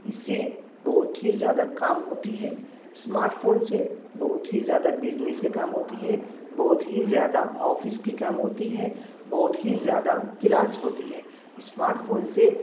اس سے بہت ہی زیادہ کام ہوتی ہے اسمارٹ فون سے بہت ہی زیادہ بزنس کے کام ہوتی ہے بہت ہی زیادہ آفس کی کام ہوتی ہے بہت ہی زیادہ کلاس ہوتی ہے اسمارٹ فون سے